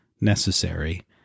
necessary